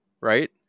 right